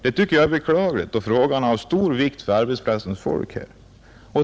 Det tycker jag är beklagligt, då frågan har stor vikt för arbetsplatsens folk.